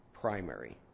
primary